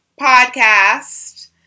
podcast